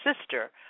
sister